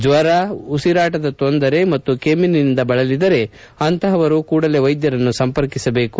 ಜ್ವರ ಉಸಿರಾಟದ ತೊಂದರೆ ಮತ್ತು ಕೆಮ್ಜಿನಿಂದ ಬಳಲಿದರೆ ಅಂತಹವರು ಕೂಡಲೇ ವೈದ್ಯರನ್ನು ಸಂಪರ್ಕಿಸಬೇಕು